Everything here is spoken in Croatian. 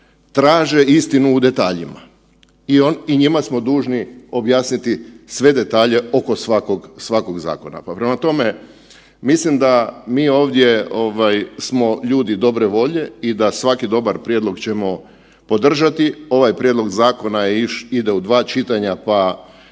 traže istinu u detaljima i njima smo dužni objasniti sve detalje oko svakog, svakog zakona. Pa prema tome, mislim da mi ovdje ovaj smo ljudi dobre volje i da svaki dobar prijedlog ćemo podržati. Ovaj prijedlog zakona ide u 2 čitanja, pa